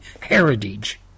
heritage